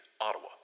Ottawa